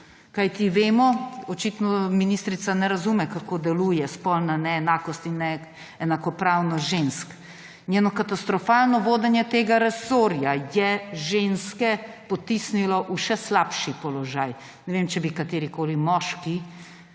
Kajti vemo – očitno ministrica ne razume, kako delujeta spolna neenakost in neenakopravnost žensk – njeno katastrofalno vodenje tega resorja je ženske potisnilo v še slabši položaj. Ne vem, če bi katerikoli moški